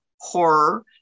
horror